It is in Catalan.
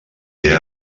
era